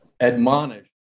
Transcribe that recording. admonish